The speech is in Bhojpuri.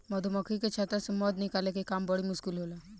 मधुमक्खी के छता से मध निकाले के काम बड़ी मुश्किल होला